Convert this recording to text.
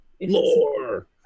lore